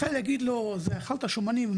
אחד יגיד לו אכלת שומנים,